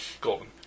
Golden